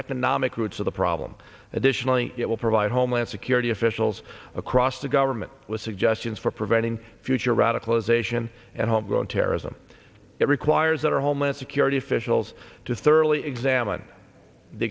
economic roots of the problem additionally it will provide homeland security officials across the government with suggestions for preventing future radicalization and homegrown terrorism it requires that homeland security officials to thoroughly examine the